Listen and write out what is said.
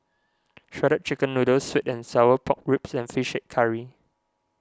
Shredded Chicken Noodles Sweet and Sour Pork Ribs and Fish Head Curry